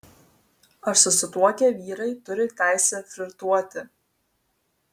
ar susituokę vyrai turi teisę flirtuoti